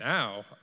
Now